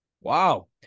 Wow